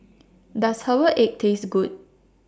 Does Herbal Egg Taste Good